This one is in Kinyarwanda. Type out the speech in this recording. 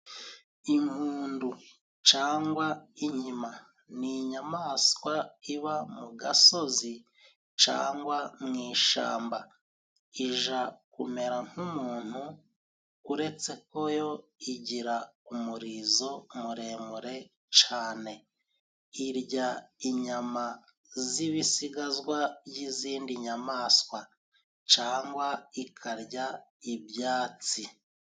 Impundu cangwa inkima ni inyamaswa iba mu gasozi cangwa mu ishamba. Ija kumera nk'umuntu uretse ko yo igira umurizo muremure cane. Irya inyama z'ibisigazwa y'izindi nyamaswa cangwa ikarya ibyatsi.